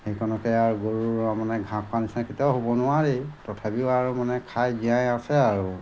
সেইখনকে আৰু গৰু মানে ঘাঁহ খোৱা নিচিনা কেতিয়াও হ'ব নোৱাৰে তথাপিও আৰু মানে খাই জীয়াই আছে আৰু